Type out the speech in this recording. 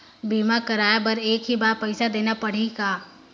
बीमा कराय बर एक ही बार पईसा देना पड़ही का?